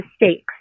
mistakes